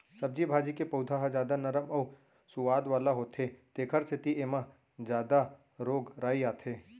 सब्जी भाजी के पउधा ह जादा नरम अउ सुवाद वाला होथे तेखर सेती एमा जादा रोग राई आथे